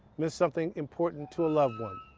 missed something important to a loved one.